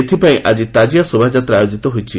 ଏଥିପାଇଁ ଆକି ତାଜିଆ ଶୋଭାଯାତ୍ରା ଆୟୋଜିତ ହୋଇଛି